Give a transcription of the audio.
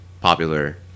popular